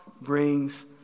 brings